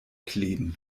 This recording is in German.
kleben